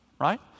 right